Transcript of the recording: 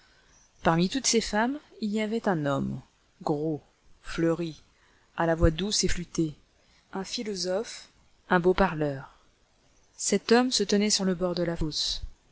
parmi toutes ces femmes il y avait un homme gros fleuri à la voix douce et flûtée un philosophe un beau parleur cet homme se tenait sur le bord de la fosse